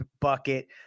bucket